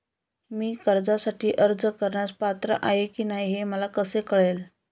मी कर्जासाठी अर्ज करण्यास पात्र आहे की नाही हे मला कसे कळेल?